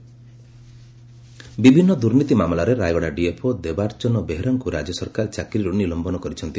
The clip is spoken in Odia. ଡିଏଫ୍ଓ ନିଲମ୍ଧନ ବିଭିନ୍ନ ଦୁର୍ନୀତି ମାମଲାରେ ରାୟଗଡ଼ା ଡିଏଫ୍ଓ ଦେବାର୍ଚ୍ଚନ ବେହେରାଙ୍କୁ ରାଜ୍ୟ ସରକାର ଚାକିରିରୁ ନିଲମ୍ମନ କରିଛନ୍ତି